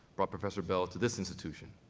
brought professor bell to this institution.